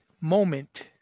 moment